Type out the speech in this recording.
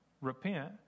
repent